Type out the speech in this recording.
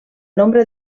nombre